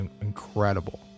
incredible